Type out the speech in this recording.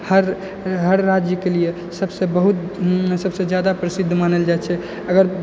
हर हर राज्यके लिए सबसँ बहुत सबसँ जादा प्रसिद्ध मानल जाइ छै अगर